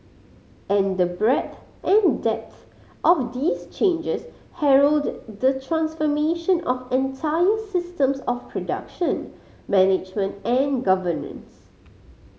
and the breadth and depth of these changes herald the transformation of entire systems of production management and governance